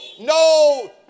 no